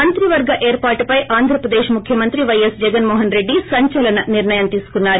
మంత్రివర్గ ఏర్పాటుపై ఆంధ్రప్రదేశ్ ముఖ్యమంత్రి పైఎస్ జగన్మోహన్రెడ్డి సంచలన నిర్లయం తీసుకున్నారు